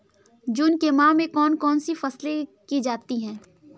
जून के माह में कौन कौन सी फसलें की जाती हैं?